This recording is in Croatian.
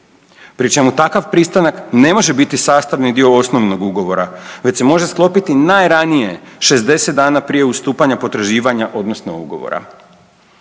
pri čemu takav pristanak ne može biti sastavni dio osnovnog ugovora već se može sklopiti najranije 60 dana prije ustupanja potraživanja odnosno ugovora.